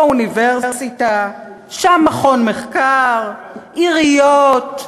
פה אוניברסיטה, שם מכון מחקר, עיריות,